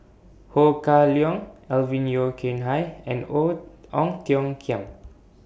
Ho Kah Leong Alvin Yeo Khirn Hai and Ong Ang Tiong Khiam